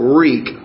reek